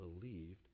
believed